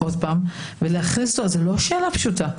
זו לא שאלה פשוטה,